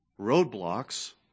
roadblocks